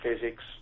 physics